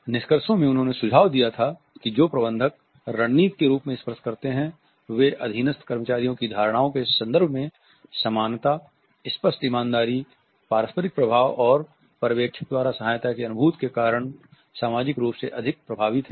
निष्कर्षों में उन्होंने सुझाव दिया था कि जो प्रबंधक रणनीति के रूप में स्पर्श करते थे वे अधीनस्थ कर्मचारियों की धारणाओं के संदर्भ में समानता स्पष्ट ईमानदारी पारस्परिक प्रभाव और पर्यवेक्षक द्वारा सहायता की अनुभूति के कारण सामाजिक रूप से अधिक प्रभावी थे